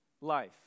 life